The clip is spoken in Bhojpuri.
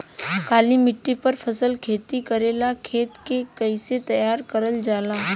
काली मिट्टी पर फसल खेती करेला खेत के कइसे तैयार करल जाला?